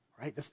right